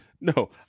No